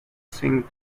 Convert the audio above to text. thing